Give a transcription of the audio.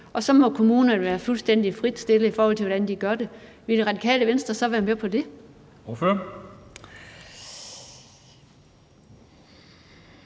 og at kommunerne så må være fuldstændig frit stillet, i forhold til hvordan de gør det, ville Radikale Venstre så være med på det?